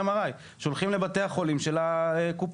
MRI. שולחים לבתי החולים של הקופות.